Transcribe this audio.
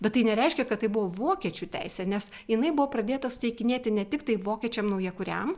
bet tai nereiškia kad tai buvo vokiečių teisė nes jinai buvo pradėta suteikinėti ne tiktai vokiečiam naujakuriam